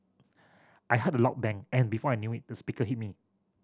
I heard a loud bang and before I knew it the speaker hit me